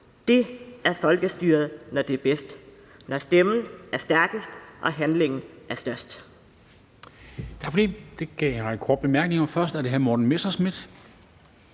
Det er folkestyret, når det er bedst: Når stemmen er stærkest og handlingen er størst.